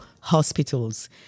hospitals